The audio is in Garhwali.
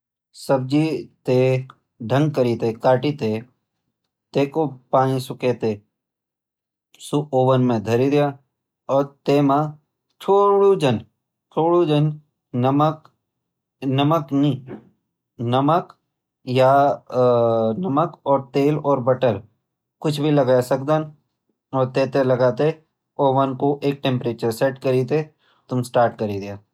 सब्जी तै ढंग करी तैं काटी तैं तै कु पानी सुखये तैं सु ओवन म धरी द्या और तै म थोडा जन नमक और तेल और बटर कुछ भी लगयी सकद और तै थैं लगयी तैं ओवन कु एक टैम्परेचर सेट करी तैं तुम स्टार्ट करी द्या।